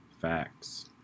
Facts